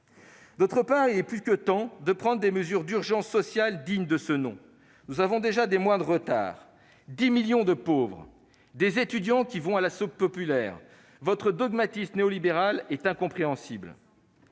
D'autre part, il est plus que temps de prendre des mesures d'urgence sociale dignes de ce nom. Nous avons déjà des mois de retard : 10 millions de pauvres, des étudiants qui vont à la soupe populaire, votre dogmatisme néo-libéral est incompréhensible.